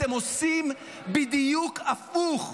אתם עושים בדיוק הפוך.